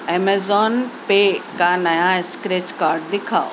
Amazon pay کا نیا scratch card دِکھاؤ